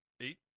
Eight